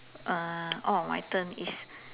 uh oh my turn is